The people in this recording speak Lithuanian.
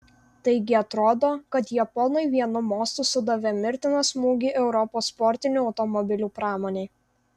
taigi atrodo kad japonai vienu mostu sudavė mirtiną smūgį europos sportinių automobilių pramonei